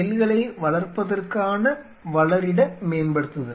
செல்களை வளர்ப்பதற்கான வளரிட மேம்படுத்துதல்